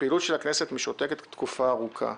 הפעילות של הכנסת משותקת תקופה ארוכה.